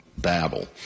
babble